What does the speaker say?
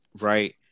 Right